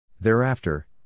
Thereafter